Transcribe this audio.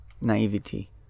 naivety